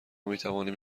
میتوانیم